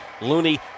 Looney